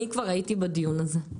אני כבר הייתי בדיון הזה,